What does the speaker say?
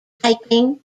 hiking